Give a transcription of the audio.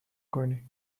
کنی